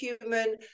human